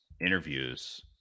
interviews